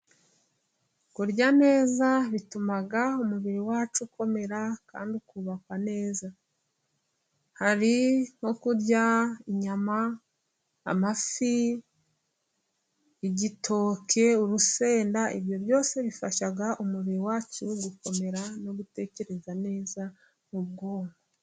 kurya neza bituma umubiri wacu ukomera kandi ukubakwa neza. Hari nko kurya inyama, amafi, igitoki, urusenda ,ibyo byose bifashaga umubiri wacu gukomera no gutekereza neza mu bwonko.